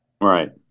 Right